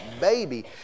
baby